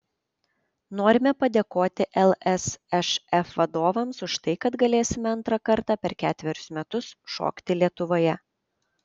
norime padėkoti lsšf vadovams už tai kad galėsime antrą kartą per ketverius metus šokti lietuvoje